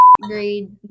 grade